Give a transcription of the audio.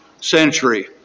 century